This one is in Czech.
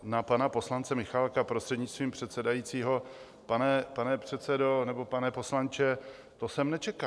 Na pana poslance Michálka, prostřednictvím předsedajícího, pane předsedo nebo pane poslanče, to jsem nečekal!